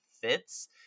fits